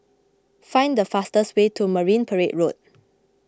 find the fastest way to Marine Parade Road